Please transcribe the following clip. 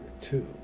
two